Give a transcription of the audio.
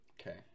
Okay